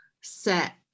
set